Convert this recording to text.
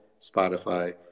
spotify